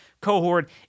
cohort